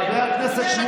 חבר הכנסת קרעי, די.